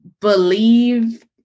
believe